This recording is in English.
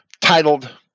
titled